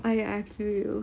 !aiya! I feel you